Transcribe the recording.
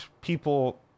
people